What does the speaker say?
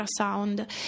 ultrasound